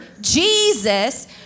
Jesus